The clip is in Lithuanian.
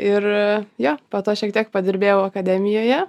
ir jo po to šiek tiek padirbėjau akademijoje